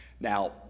Now